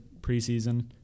preseason